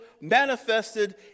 manifested